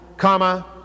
comma